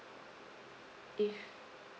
if